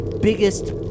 biggest